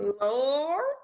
lord